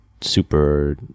Super